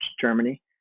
Germany